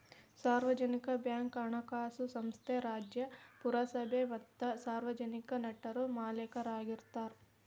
ಸಾರ್ವಜನಿಕ ಬ್ಯಾಂಕ್ ಹಣಕಾಸು ಸಂಸ್ಥೆ ರಾಜ್ಯ, ಪುರಸಭೆ ಮತ್ತ ಸಾರ್ವಜನಿಕ ನಟರು ಮಾಲೇಕರಾಗಿರ್ತಾರ